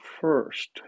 first